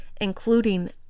including